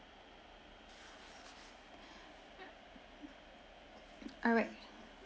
alright